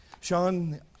Sean